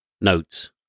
notes